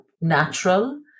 natural